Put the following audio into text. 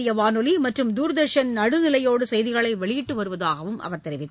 இந்தியவானொலிமற்றும் தூர்தர்ஷன் நடுநிலையோடுசெய்திகளைவெளியிட்டுவருவதாகவும் அகில அவர் தெரிவித்தார்